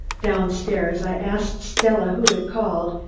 down-stairs, i asked stella who had called,